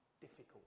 difficult